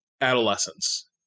adolescence